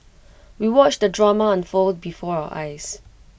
we watched the drama unfold before our eyes